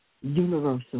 Universal